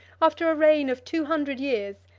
after a reign of two hundred years,